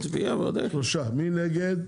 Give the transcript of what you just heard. הצבעה 3 בעד, 7 נגד.